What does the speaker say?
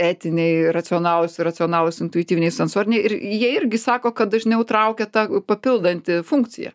etiniai racionalūs irracionalūs intuityviniai sensoriniai ir jie irgi sako kad dažniau traukia ta papildanti funkcija